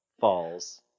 falls